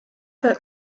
that